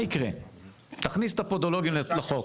תכניס את הפדולוגים לחוק.